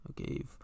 Okay